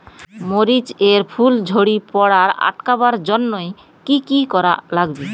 মরিচ এর ফুল ঝড়ি পড়া আটকাবার জইন্যে কি কি করা লাগবে?